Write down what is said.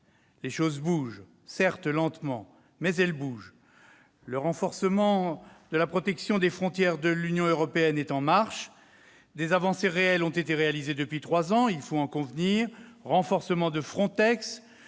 Les choses bougent ! Lentement, certes, mais elles bougent : le renforcement la protection des frontières de l'Union européenne est en marche. Des avancées réelles ont été réalisées depuis trois ans, il faut en convenir : renforcement de FRONTEX,